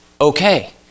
okay